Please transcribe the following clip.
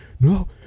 No